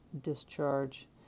discharge